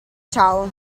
ciao